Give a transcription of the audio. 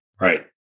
Right